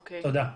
תודה.